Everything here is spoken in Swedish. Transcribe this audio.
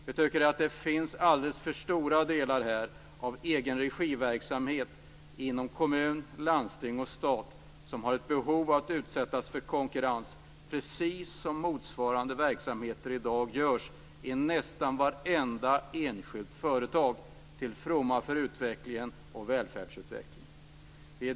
Här finns det, tycker vi, alldeles för stora delar av egenregiverksamhet inom kommun, landsting och stat som har ett behov av att utsättas för konkurrens, precis som sker i motsvarande verksamheter i dag i nästan vartenda enskilt företag - till fromma för utvecklingen och välfärdsutvecklingen.